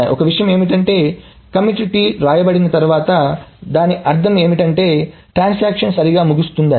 ఒక విషయం ఏమిటంటే కమిట్ T వ్రాయబడిన తర్వాత దాని అర్థం ఏమిటంటే ట్రాన్సాక్షన్ సరిగ్గా ముగుస్తుంది అని